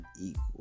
equal